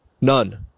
none